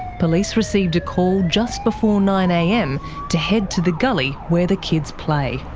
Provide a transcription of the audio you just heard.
police received a call just before nine am to head to the gully where the kids play.